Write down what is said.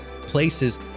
places